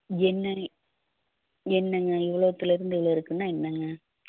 என்னென்னே என்னெங்க எவ்வளோதுலேருந்து எவ்வளோ இருக்குதுன்னா என்னங்க